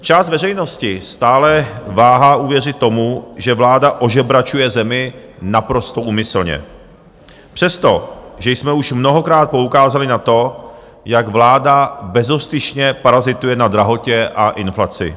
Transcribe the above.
Část veřejnosti stále váhá uvěřit tomu, že vláda ožebračuje zemi naprosto úmyslně, přestože jsme už mnohokrát poukázali na to, jak vláda bezostyšně parazituje na drahotě a inflaci.